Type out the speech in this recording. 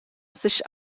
sich